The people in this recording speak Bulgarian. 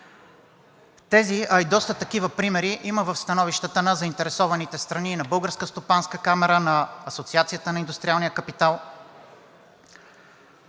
Тези, а и доста такива примери има в становищата на заинтересованите страни, на Българската стопанска камара, на Асоциацията на индустриалния капитал.